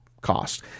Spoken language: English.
cost